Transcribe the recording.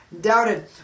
doubted